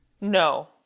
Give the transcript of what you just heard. No